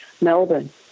Melbourne